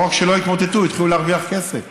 לא רק שלא התמוטטו, התחילו להרוויח כסף,